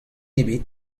ebet